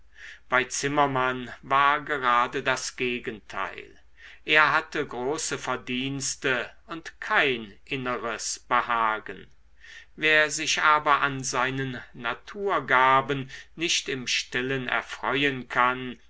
bei zimmermann war gerade das gegenteil er hatte große verdienste und kein inneres behagen wer sich aber an seinen naturgaben nicht im stillen erfreuen kann